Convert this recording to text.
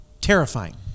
terrifying